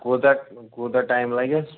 کوٗتاہ کوٗتاہ ٹایِم لگٮ۪س